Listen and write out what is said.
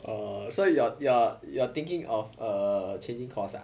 err so you are you are you are thinking of changing course ah